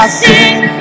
sing